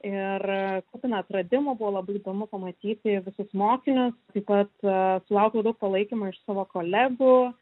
ir kupina atradimų buvo labai įdomu pamatyti visus mokinius taip pat sulaukiau daug palaikymo iš savo kolegų